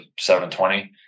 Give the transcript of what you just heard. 720